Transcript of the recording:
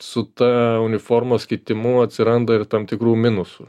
su ta uniformos kitimu atsiranda ir tam tikrų minusų